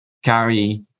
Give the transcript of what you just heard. carry